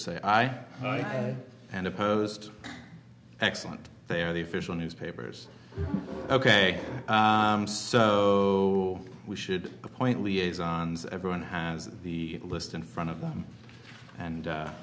say i am opposed excellent they are the official newspapers ok so we should appoint liaison's everyone has the list in front of them and